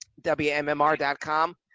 wmmr.com